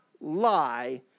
lie